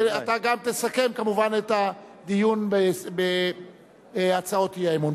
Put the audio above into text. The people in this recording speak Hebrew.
ואתה גם תסכם כמובן את הדיון בהצעות האי-אמון.